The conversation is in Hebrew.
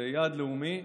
זה יעד לאומי,